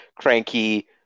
Cranky